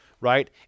right